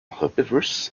herbivorous